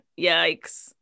Yikes